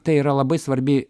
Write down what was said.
tai yra labai svarbi